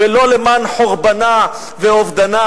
ולא למען חורבנה ואובדנה,